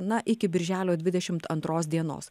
na iki birželio dvidešimt antros dienos